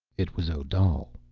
it was odal.